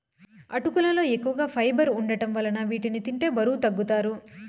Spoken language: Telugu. అటుకులలో ఎక్కువ ఫైబర్ వుండటం వలన వీటిని తింటే బరువు తగ్గుతారు